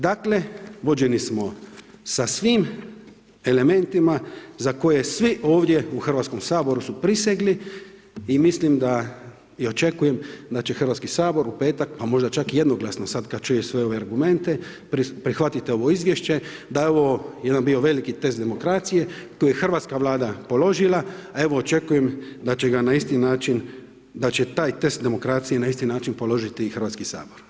Dakle vođeni smo sa svim elementima za koje svi ovdje u Hrvatskom saboru su prisegli i mislim da i očekujem da će Hrvatski sabor u petak, pa možda čak i jednoglasno sad kada čuje sve ove argumente prihvatiti ovo izvješće da je ovo jedan bio veliki test demokracije koje je hrvatska Vlada položila a evo očekujem da će ga na isti način, da će taj test demokracije na isti način položiti i Hrvatski sabor.